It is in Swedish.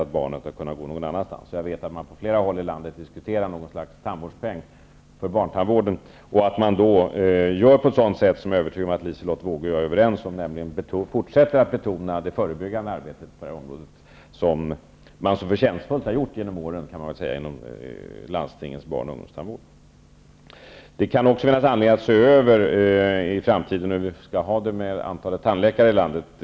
Jag vet också att man på flera håll i landet diskuterar något slags tandvårdspeng för barntandvården. Jag är övertygad om att man då gör på ett sådant sätt som Liselotte Wågö och jag är överens om, nämligen fortsätter att betona det förebyggande arbetet så förtjänstfullt som man har gjort genom åren inom landstingens barn och ungdomstandvård. Det kan också finnas anledning att se över hur vi skall ha det med antalet tandläkare i landet.